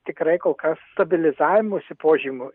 tikrai kol kas stabilizavimosi požymių